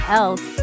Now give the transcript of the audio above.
else